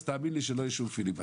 אז תאמין לי שלא יהיה שום פיליבסטר.